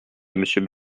monsieur